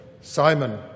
Simon